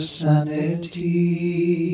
sanity